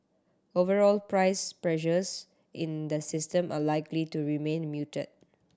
overall price pressures in the system are likely to remain muted